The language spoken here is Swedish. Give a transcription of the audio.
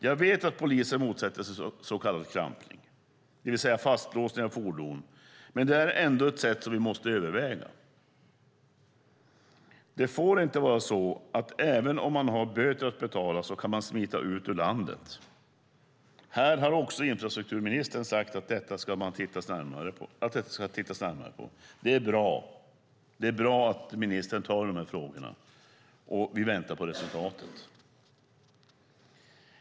Jag vet att polisen motsätter sig så kallad klampning, det vill säga fastlåsning av fordon, men det är ändå något vi måste överväga. Även om det finns böter att betala ska man inte kunna smita ut ur landet. Här har också infrastrukturministern sagt att frågorna ska ses över. Det är bra att ministern tar tag i frågorna. Vi väntar på resultatet.